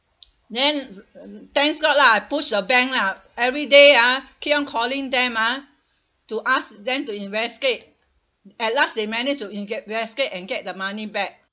then thanks god lah I push the bank lah everyday ah keep on calling them ah to ask them to investigate at last they managed to inves~ investigate and get the money back